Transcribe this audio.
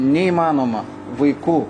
neįmanoma vaikų